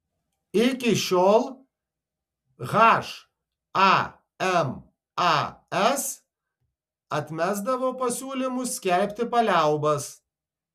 iki šiol hamas atmesdavo pasiūlymus skelbti paliaubas